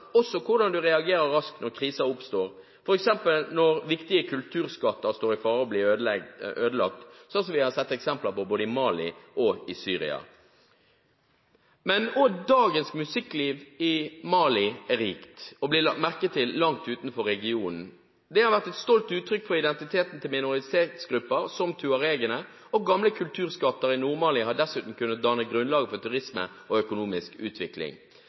du reagerer raskt når kriser oppstår, f.eks. når viktige kulturskatter står i fare for å bli ødelagt, slik vi har sett eksempel på både i Mali og i Syria. Dagens musikkliv i Mali er rikt og blir lagt merke til langt utenfor regionen. Det har vært et stolt uttrykk for identiteten til minoritetsgrupper, som tuaregene. Gamle kulturskatter i Nord-Mali har dessuten kunne danne grunnlaget for turisme og økonomisk utvikling.